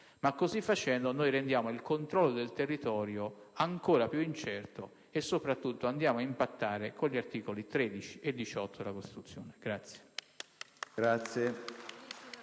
ma così facendo rendiamo il controllo del territorio ancora più incerto e, soprattutto, andiamo ad impattare con gli articoli 13 e 18 della Costituzione.